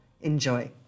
Enjoy